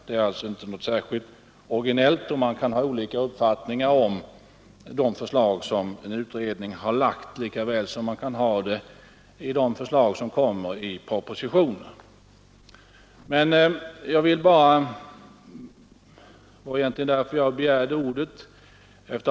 Det är alltså inte något särskilt orginellt, och man kan ha olika uppfattningar om de förslag som en utredning lagt fram lika väl som man kan ha olika uppfattningar om de förslag som kommer i propositioner.